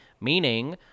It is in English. meaning